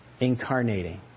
incarnating